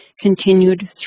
continued